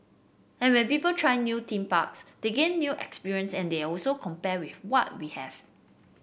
and when people try new theme parks they gain new experience and they always compare with what we have